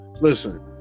Listen